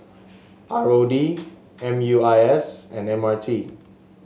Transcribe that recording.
R O D M U I S and M R T